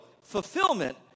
fulfillment